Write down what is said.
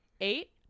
Eight